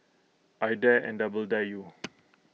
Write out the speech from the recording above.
I dare and double dare you